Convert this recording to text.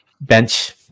bench